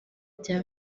bya